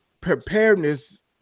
preparedness